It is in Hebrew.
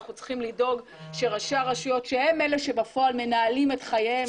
אנחנו צריכים לדאוג שראשי הרשויות שהם אלה שבפועל מנהלים את חייהם